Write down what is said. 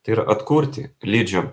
tai yra atkurti lidžio